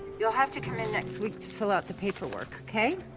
you'll have to come in next week to fill out the paperwork, okay?